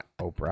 Oprah